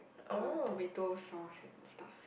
uh tomato sauce and stuff